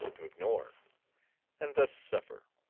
to ignore and thus suffer